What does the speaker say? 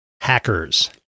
Hackers